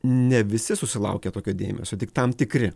ne visi susilaukia tokio dėmesio tik tam tikri